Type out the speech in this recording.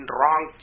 wrong